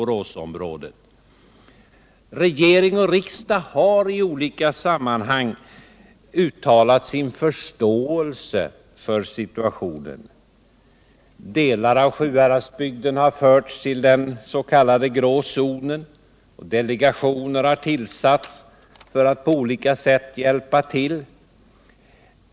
Regering och riksdag har i olika sammanhang uttalat sin förståelse för situationen. Delar av Sjuhäradsbygden har förts till den grå zonen, och delegationer har tillsatts för att på olika sätt hjälpa till.